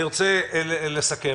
אני רוצה לסכם.